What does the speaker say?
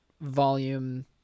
volume